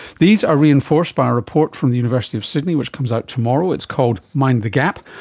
these are reinforced by a report from the university of sydney which comes out tomorrow, it's called mind the gap.